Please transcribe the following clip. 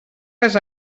res